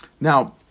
Now